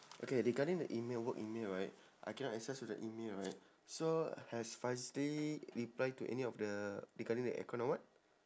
okay regarding the email work email right I cannot access to the email right so has faizly reply to any of the regarding the aircon or what